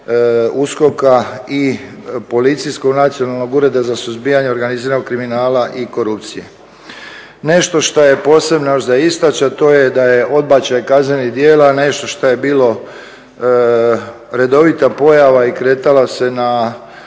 USKOK-a i Policijskog nacionalnog ureda za suzbijanje organiziranog kriminala i korupcije. Nešto što je posebno još za istaći, a to je da je odbačaj kaznenih djela nešto što je bilo redovita pojava i kretalo se na